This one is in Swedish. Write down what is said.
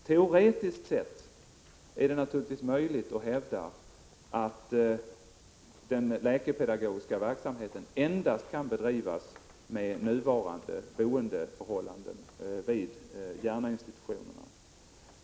Teoretiskt sett är det naturligtvis möjligt att hävda att den läkepedagogiska verksamheten endast kan bedrivas med nuvarande boendeförhållanden vid Järnainstitutionen.